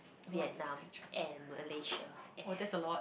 Vietnam and malaysia and